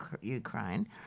Ukraine